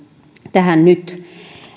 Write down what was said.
tähän nyt